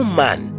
man